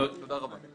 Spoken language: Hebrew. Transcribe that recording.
תודה אדוני.